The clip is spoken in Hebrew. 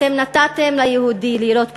אתם נתתם ליהודי לירות בנשק.